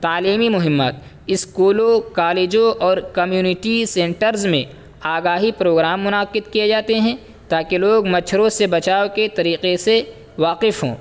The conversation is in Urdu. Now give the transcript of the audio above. تعلیمی مہمات اسکولوں کالجوں اور کمیونٹی سینٹرز میں آگاہی پروگرام منعقد کیے جاتے ہیں تاکہ لوگ مچھروں سے بچاؤ کے طریقے سے واقف ہوں